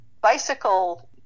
bicycle